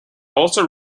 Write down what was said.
also